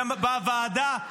בוועדה?